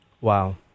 Wow